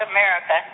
America